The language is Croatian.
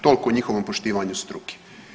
Toliko o njihovom poštivanju struke.